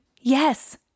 Yes